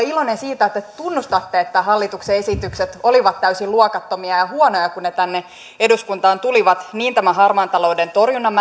iloinen siitä että te tunnustatte että hallituksen esitykset olivat täysin luokattomia ja huonoja kun ne tänne eduskuntaan tulivat niin tämän harmaan talouden torjunnan